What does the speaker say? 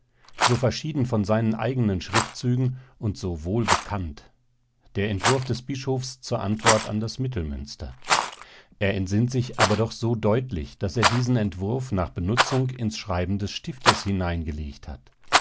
so verschieden von seinen eigenen schriftzügen und so wohlbekannt der entwurf des bischofs zur antwort an das mittelmünster er entsinnt sich aber doch so deutlich daß er diesen entwurf nach benutzung ins schreiben des stiftes hineingelegt hat